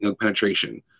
penetration